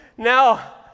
Now